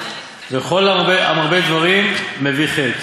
וכל המרבה דברים מביא חטא.